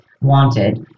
wanted